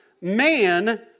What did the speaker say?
man